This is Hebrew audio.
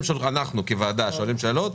אנחנו כוועדה שואלים שאלות,